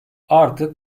artık